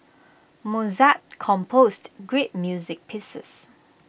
Mozart composed great music pieces